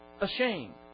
ashamed